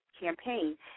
campaign